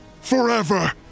forever